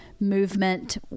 movement